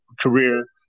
career